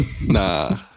Nah